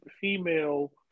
female